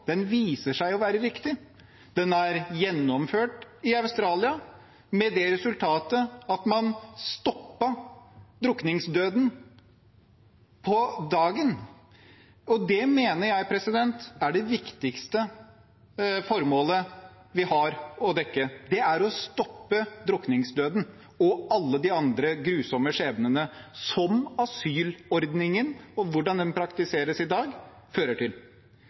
viser seg å være riktig. Den er gjennomført i Australia, med det resultatet at man stoppet drukningsdøden på dagen. Det mener jeg er det viktigste formålet vi har: å stoppe drukningsdøden og alle de andre grusomme skjebnene som asylordningen, og hvordan den praktiseres i dag, fører til.